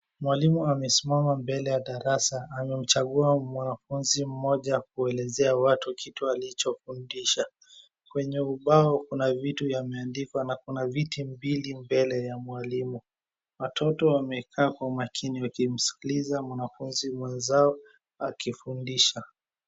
Mwalimu amesimama mbele ya darasa. Amemchagua mwanafunzi mmoja kuelezea watu kitu alichofundisha. Kwenye ubao kuna vitu yameandikwa na kuna viti mbili mbele ya mwalimu. Watoto wamekaa kwa makini wakimsikiliza mwanafunzi mwenzao akifundisha.